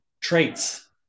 traits